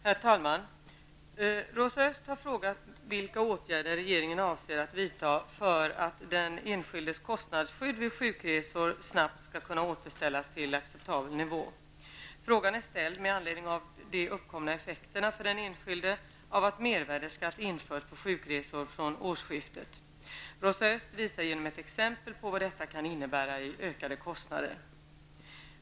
Herr talman! Rosa Östh har frågat vilka åtgärder regeringen avser att vidta för att den enskildes kostnadsskydd vid sjukresor snabbt skall kunna återställas till acceptabel nivå. Frågan är ställd med anledning av de uppkomna effekterna för den enskilde av att mervärdeskatt införts på sjukresor från årsskiftet. Rosa Östh visar genom ett exempel vad detta kan innebära i ökade kostnader.